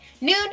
noon